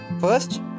first